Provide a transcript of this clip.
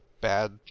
bad